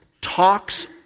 talks